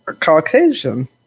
Caucasian